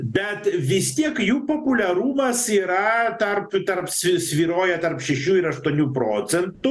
bet vis tiek jų populiarumas yra tarp tarp svi sviruoja tarp šešių ir aštuonių procentų